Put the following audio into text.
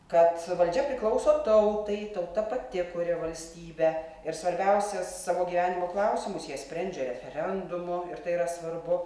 kad valdžia priklauso tautai tauta pati kuria valstybę ir svarbiausias savo gyvenimo klausimus jie sprendžia referendumu ir tai yra svarbu